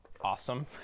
awesome